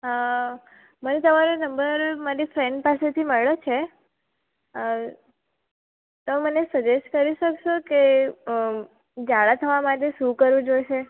હા મને તમારો નંબર મારી ફ્રેન્ડ પાસેથી મળ્યો છે તમે મને સજેસ્ટ કરી શકશો કે જાડા થવા માટે શું કરવું જોઇશે